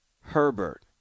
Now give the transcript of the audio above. Herbert